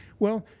well,